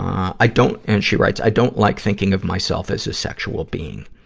i don't and she writes, i don't like thinking of myself as a sexual being.